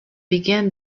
began